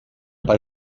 per